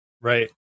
right